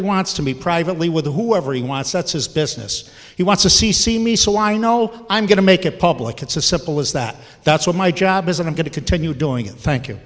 he wants to me privately with whoever he wants that's his business he wants to see see me so i know i'm going to make it public it's as simple as that that's what my job is and i'm going to continue doing it thank you